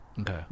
okay